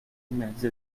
mezzi